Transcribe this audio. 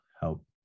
help